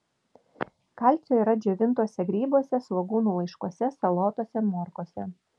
kalcio yra džiovintuose grybuose svogūnų laiškuose salotose morkose